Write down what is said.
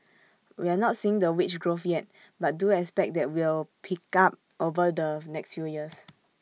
we're not seeing the wage growth yet but do expect that will pick up over the next few years